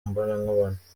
imbonankubone